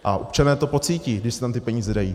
A občané to pocítí, když se tam ty peníze dají.